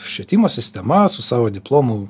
švietimo sistema su savo diplomu